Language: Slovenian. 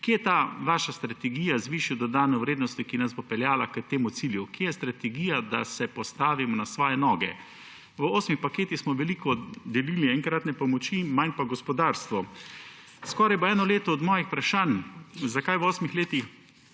Kje je ta vaša strategija z višjo dodano vrednostjo, ki nas bo peljala k temu cilju? Kje je strategija, da se postavimo na svoje noge? V osmih paketih smo veliko delili enkratne pomoči, manj pa gospodarstvu. Skoraj eno leto bo od mojih vprašanj, zakaj v osmih letih